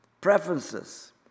preferences